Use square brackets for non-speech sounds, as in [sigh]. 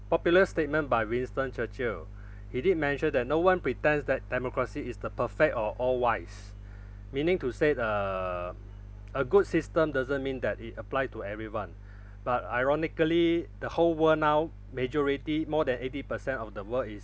popular statement by winston churchill he did mentioned that no one pretends that democracy is the perfect or all wise [breath] meaning to said uh a good system doesn't mean that it apply to everyone but ironically the whole world now majority more than eighty percent of the world is